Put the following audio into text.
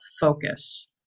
focus